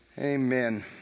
Amen